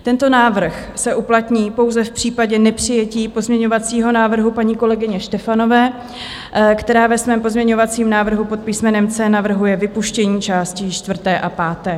Tento návrh se uplatní pouze v případě nepříjetí pozměňovacího návrhu paní kolegyně Štefanové, která ve svém pozměňovacím návrhu pod písmenem C navrhuje vypuštění částí čtvrté a páté.